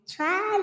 Try